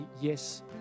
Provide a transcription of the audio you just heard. yes